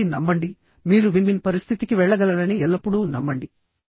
మిమ్మల్ని నమ్మండి మీరు విన్ విన్ పరిస్థితికి వెళ్ళగలరని ఎల్లప్పుడూ నమ్మండి